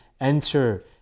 enter